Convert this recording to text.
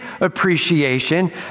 appreciation